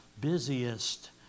busiest